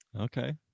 Okay